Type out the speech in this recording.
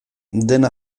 dena